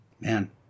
Man